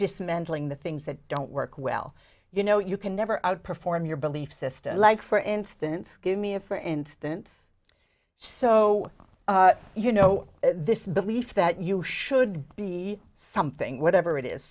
dismantling the things that don't work well you know you can never outperform your belief system like for instance give me a for instance so you know this belief that you should be something whatever it is